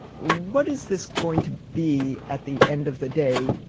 what is this going to be at the end of the day?